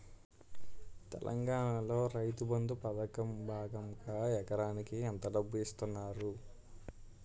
తెలంగాణలో రైతుబంధు పథకం భాగంగా ఎకరానికి ఎంత డబ్బు ఇస్తున్నారు?